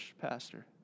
pastor